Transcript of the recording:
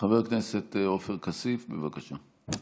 חבר הכנסת עופר כסיף, בבקשה.